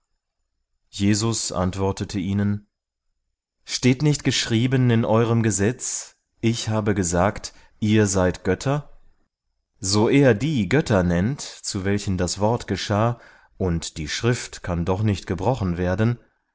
jesus antwortete ihnen steht nicht geschrieben in eurem gesetz ich habe gesagt ihr seid götter so er die götter nennt zu welchen das wort geschah und die schrift kann doch nicht gebrochen werden